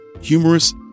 humorous